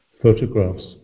Photographs